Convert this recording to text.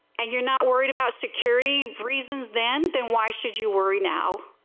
and you are not worried about security reasons then? then why should you worry now?